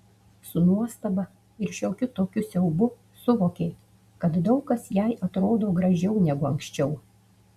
su nuostaba ir šiokiu tokiu siaubu suvokė kad daug kas jai atrodo gražiau negu anksčiau